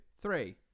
three